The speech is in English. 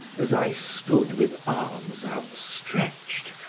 as i stood with arms outstretched,